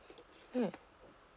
mm